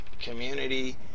community